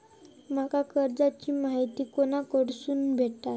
माका कर्जाची माहिती कोणाकडसून भेटात?